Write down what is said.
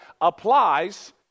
applies